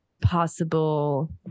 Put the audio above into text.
Possible